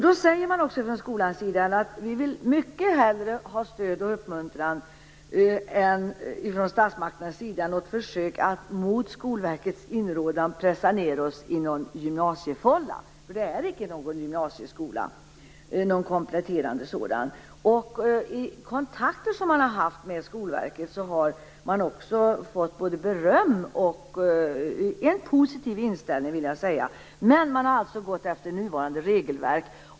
De säger också från skolans sida att de mycket hellre vill ha stöd och uppmuntran från statsmakternas sida än något försök att mot Skolverkets inrådan pressa ned dem i en gymnasiefålla. Det är inte någon kompletterande gymnasieskola. I kontakter med Skolverket har de också fått beröm och mött en positiv inställning. Men Skolverket har alltså gått efter nuvarande regelverk.